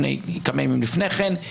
כמה ימים לפני כן.